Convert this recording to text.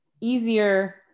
easier